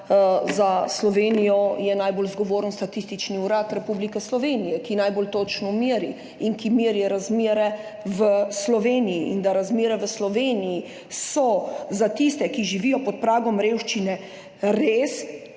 za Slovenijo najbolj zgovoren Statistični urad Republike Slovenije, ki najbolj točno meri in ki meri razmere v Sloveniji. Da so razmere v Sloveniji za tiste, ki živijo pod pragom revščine, res